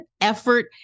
effort